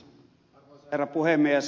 arvoisa herra puhemies